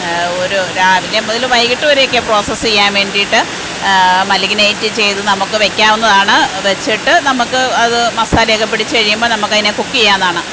ഒരു രാവിലെ മുതല് വൈകിട്ട് വരെയൊക്കെയാ പ്രോസസ്സ് ചെയ്യാൻ വേണ്ടിയിട്ട് മാരിനേറ്റ് ചെയ്ത് നമുക്ക് വെക്കാവുന്നതാണ് വച്ചിട്ട് നമുക്ക് അത് മസാലയൊക്കെ പിടിച്ച് കഴിയുമ്പം നമുക്ക് അതിനെ കുക്ക് ചെയ്യാവുന്നതാണ്